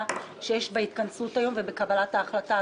שיש בהתכנסות היום ובקבלת ההחלטה,